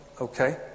okay